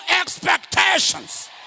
expectations